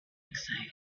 exciting